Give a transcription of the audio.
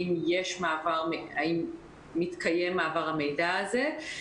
האם מתקיים מעבר המידע הזה?